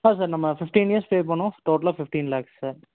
ஆமாம் சார் நம்ம fifteen years pay பண்ணுவோம் டோடல்லாக ஃபிஃப்டின் லேக்ஸ் சார்